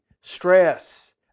stress